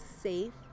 safe